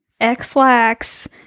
X-lax